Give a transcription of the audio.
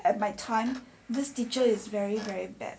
at my time this teacher is very very bad